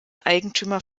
eigentümer